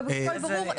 הכול ברור.